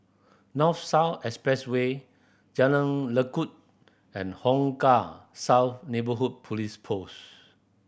North South Expressway Jalan Lekub and Hong Kah South Neighbourhood Police Post